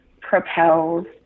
propels